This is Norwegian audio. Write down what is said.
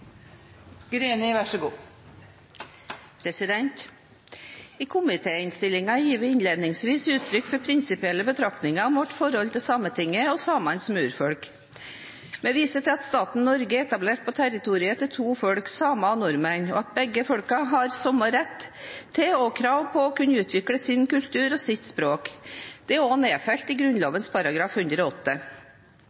I komitéinnstillingen gir vi innledningsvis uttrykk for prinsipielle betraktninger om vårt forhold til Sametinget og samene som urfolk. Vi viser til at staten Norge ble etablert på territoriet til to folk, samer og nordmenn, og at begge folk har samme rett til og krav på å kunne utvikle sin kultur og sitt språk. Det er også nedfelt i